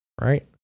Right